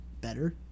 better